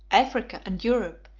africa, and europe,